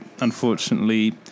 unfortunately